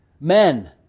men